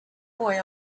boy